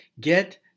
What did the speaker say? Get